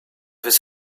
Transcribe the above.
his